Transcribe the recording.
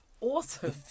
awesome